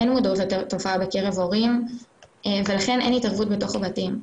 אין מודעות לתופעה בקרב הורים ולכן אין התערבות בתוך הבתים.